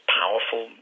powerful